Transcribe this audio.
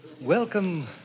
Welcome